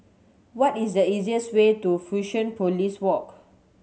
what is the easiest way to Fusionopolis Walk